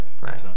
right